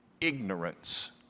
ignorance